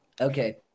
Okay